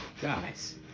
Guys